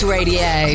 Radio